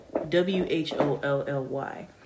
W-H-O-L-L-Y